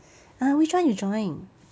!huh! which [one] you join